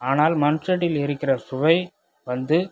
ஆனால் மண் சட்டியில் இருக்கிற சுவை வந்து